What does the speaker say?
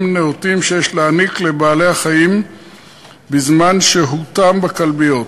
נאותים שיש להעניק לבעלי-החיים בזמן שהותם בכלביות.